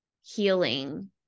healing